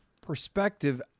perspective